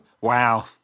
Wow